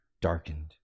darkened